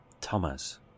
Thomas